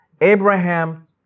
Abraham